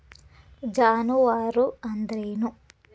ಜಾನುವಾರು ಅಂದ್ರೇನು?